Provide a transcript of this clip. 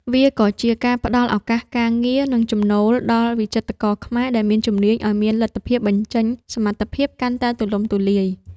វាក៏ជាការផ្ដល់ឱកាសការងារ និងចំណូលដល់វិចិត្រករខ្មែរដែលមានជំនាញឱ្យមានលទ្ធភាពបញ្ចេញសមត្ថភាពកាន់តែទូលំទូលាយ។